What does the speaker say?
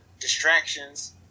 distractions